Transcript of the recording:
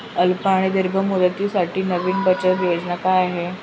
अल्प आणि दीर्घ मुदतीसाठी नवी बचत योजना काय आहे?